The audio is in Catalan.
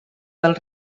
del